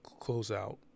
closeout